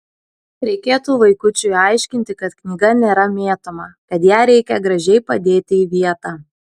reikėtų vaikučiui aiškinti kad knyga nėra mėtoma kad ją reikia gražiai padėti į vietą